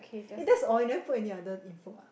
eh that's orh you never put any other info ah